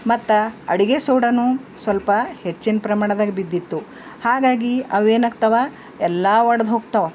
ಮತ್ತು ಅಡಿಗೆ ಸೋಡಾ ಸ್ವಲ್ಪ ಹೆಚ್ಚಿನ ಪ್ರಮಾಣದಾಗ ಬಿದ್ದಿತ್ತು ಹಾಗಾಗಿ ಅವು ಏನಾಗ್ತವ ಎಲ್ಲ ಒಡ್ದು ಹೋಗ್ತವ